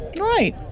Right